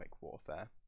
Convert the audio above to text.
warfare